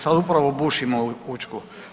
Sad upravo bušimo Učku.